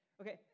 Okay